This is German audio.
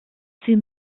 für